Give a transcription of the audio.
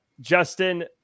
Justin